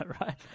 right